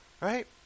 right